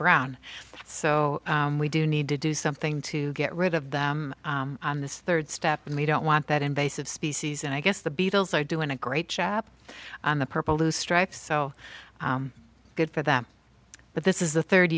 brown so we do need to do something to get rid of them on this third step and we don't want that invasive species and i guess the beatles are doing a great job on the purple loosestrife so good for them but this is the third